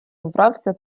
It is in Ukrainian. вбрався